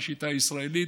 כשיטה ישראלית,